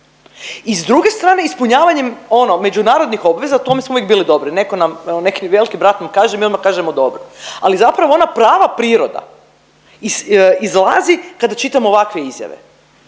I s druge strane ispunjavanjem ono međunarodnih obveza, u tome smo uvijek bili dobri. Netko nam, neki velki brat mi kaže, mi odmah kažemo dobro. Ali zapravo ona prava priroda izlazi kada čitam ovakve izjave.